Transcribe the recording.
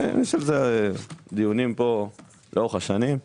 אמר זאת בדיונים פה לאורך השנים.